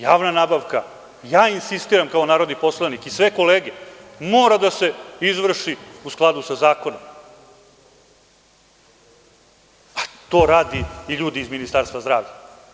Javna nabavka, ja insistiram, kao narodni poslanik i sve kolege, mora da se izvrši u skladu sa zakonom, a to rade i ljudi iz Ministarstva zdravlja.